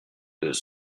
deux